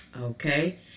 Okay